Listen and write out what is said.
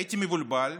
הייתי מבולבל,